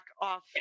off